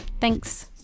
Thanks